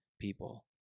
people